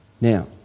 Now